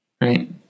Right